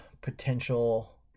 potential